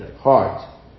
heart